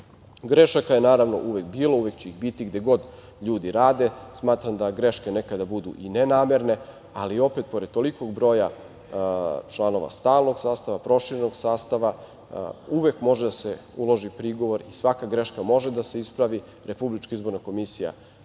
mestima. Grešaka je, naravno, uvek bilo i uvek će ih biti gde god ljudi rade. Smatram da greške nekada budu i nenamerne, ali opet, pored tolikog broja članova stalnog sastava, proširenog sastava, uvek može da se uloži prigovor i svaka greška može da se ispravi. RIK radi svoj posao,